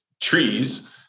trees